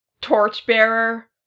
torchbearer